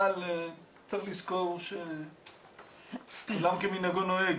אבל צריך לזכור שעולם כמנהגו נוהג.